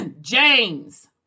James